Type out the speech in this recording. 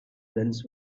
guns